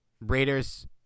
Raiders